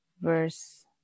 verse